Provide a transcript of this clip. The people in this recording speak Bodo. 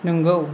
नोंगौ